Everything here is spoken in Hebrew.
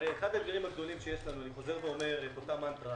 הרי אחד האתגרים הגדולים שיש לנו אני חוזר על אותה מנטרה